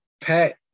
Pat